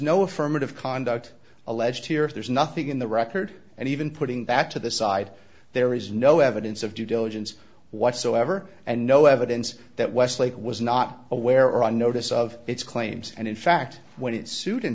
no affirmative conduct alleged here there's nothing in the record and even putting that to the side there is no evidence of due diligence whatsoever and no evidence that westlake was not aware or on notice of its claims and in fact when it suit in